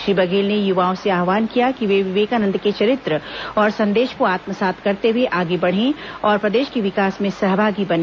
श्री बघेल ने युवाओं से आव्हान किया कि वे विवेकानंद के चरित्र और संदेश को आत्मसात करते हुए आगे बढ़े और प्रदेश के विकास में सहभागी बने